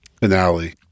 finale